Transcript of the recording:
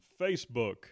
Facebook